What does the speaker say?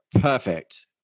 perfect